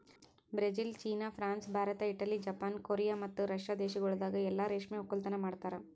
Brazil, China, France, Bharat, Italy, Japan, Korea ಮತ್ತ Russia ದೇಶಗೊಳ್ದಾಗ್ ಎಲ್ಲಾ ರೇಷ್ಮೆ ಒಕ್ಕಲತನ ಮಾಡ್ತಾರ